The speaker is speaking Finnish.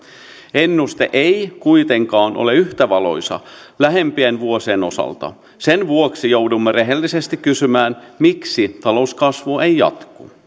ennuste ei kuitenkaan ole yhtä valoisa lähivuosien osalta sen vuoksi joudumme rehellisesti kysymään miksi talouskasvu ei jatku